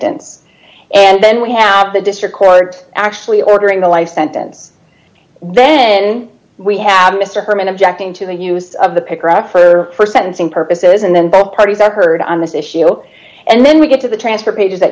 sentence and then we have the district court actually ordering the life sentence then we have mr herman objecting to the use of the pickering for for sentencing purposes and then both parties are heard on this issue and then we get to the transfer pages that